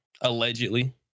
Allegedly